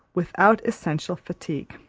without essential fatigue.